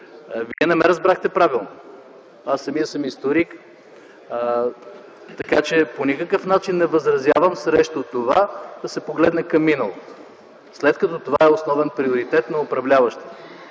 Вие не ме разбрахте правилно. Аз самият съм историк. По никакъв начин не възразявам срещу това да се погледне към миналото, след като това е основен приоритет на управляващите.